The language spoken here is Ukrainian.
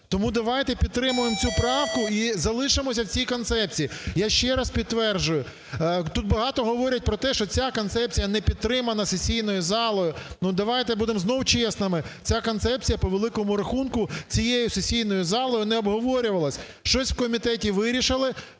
Тому давайте підтримаємо цю правку і залишимося в цій концепції. Я ще раз підтверджую. Тут багато говорять про те, що ця концепція не підтримана сесійною залою. Ну давайте будемо знову чесними, ця концепція, по великому рахунку, цією сесійною залою не обговорювалась. Щось в комітеті вирішили.